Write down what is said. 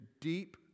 deep